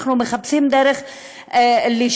אנחנו מחפשים דרך לשלום,